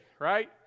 right